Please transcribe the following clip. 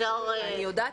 אני יודעת.